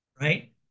right